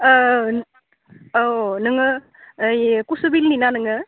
औ नोङो ओइ कुसुबिलनिना नोङो